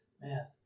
Man